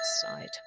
side